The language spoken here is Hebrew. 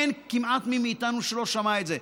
אין כמעט מי מאיתנו שלא שמע את זה.